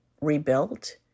rebuilt